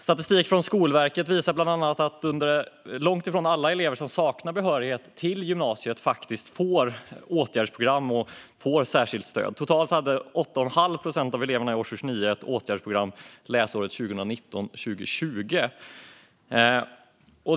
Statistik från Skolverket visar bland annat att det är långt ifrån alla elever som saknar behörighet till gymnasiet som får åtgärdsprogram och särskilt stöd. Totalt hade 8,5 procent av eleverna i årskurs 9 ett åtgärdsprogram läsåret 2019/20.